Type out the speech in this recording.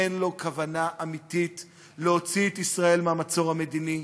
אין לו כוונה אמיתית להוציא את ישראל מהמצור המדיני,